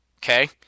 Okay